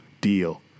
deal